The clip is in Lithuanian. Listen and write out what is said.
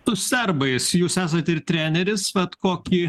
su serbais jūs esat ir treneris vat kokį